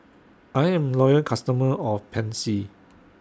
I'm A Loyal customer of Pansy